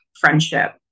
friendship